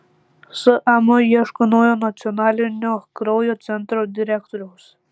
sam ieško naujo nacionalinio kraujo centro direktoriaus